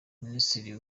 minisitiri